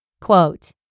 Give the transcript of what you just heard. Quote